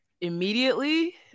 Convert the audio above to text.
immediately